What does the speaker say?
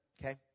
okay